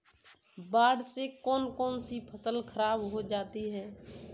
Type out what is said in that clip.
बाढ़ से कौन कौन सी फसल खराब हो जाती है?